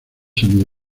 semi